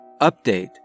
Update